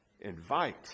Invite